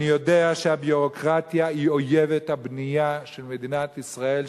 אני יודע שהביורוקרטיה היא אויבת הבנייה של מדינת ישראל,